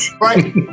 Right